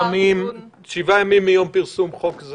נהלים שמעגנים אינטרסים ציבוריים ברורים.